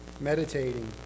meditating